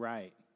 Right